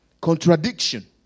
Contradiction